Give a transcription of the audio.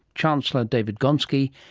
chancellor david gonski,